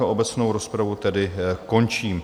Obecnou rozpravu tedy končím.